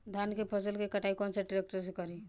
धान के फसल के कटाई कौन सा ट्रैक्टर से करी?